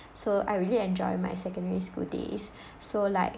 so I really enjoy my secondary school days so like